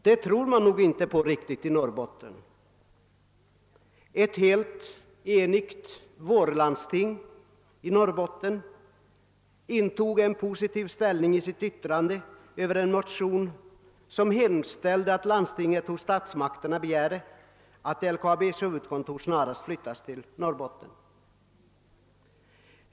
Det tror man inte riktigt på i Norrbotten. Ett helt enigt vårlandsting i Norrbotten intog en positiv ställning i sitt yttrande över en motion, där det hemställdes att landstinget hos statsmakterna skulle begära att LKAB:s huvudkontor snarast flyttas till Norrbotten.